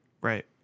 right